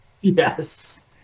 Yes